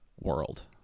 world